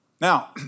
Now